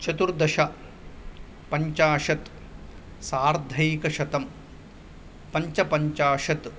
चतुर्दश पञ्चाशत् सार्धैकशतं पञ्चपञ्चाशत्